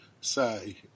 say